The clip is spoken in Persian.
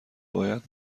باید